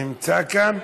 נמצא כאן?